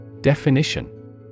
definition